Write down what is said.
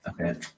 Okay